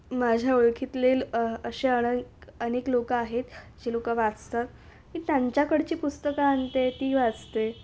माझ्या ओळखीतील असे अनेक अनेक लोकं आहेत जी लोकं वाचतात की त्यांच्याकडची पुस्तकं आणते ती वाचते